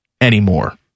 anymore